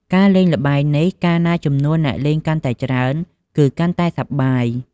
ការលេងល្បែងនេះ កាលណាចំនួនអ្នកលេងកាន់តែច្រើនគឺ កាន់តែសប្បាយ។